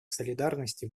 солидарности